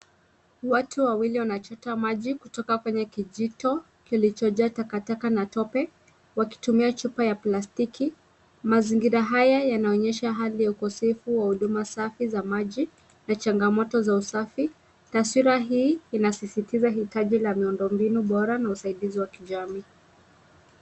Watu wawili wanachota maji kutoka kwenye kijito kilichojaa takataka na tope wakitumia chupa ya plastiki. Mazingira haya yanaonyesha hali ya ukosefu wa huduma safi za maji na changamoto za usafi. Taswira hii inasisitiza hitaji la miundo mbinu bora na usaidizi wa kijamii.